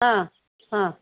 हां हां